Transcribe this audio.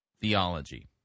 theology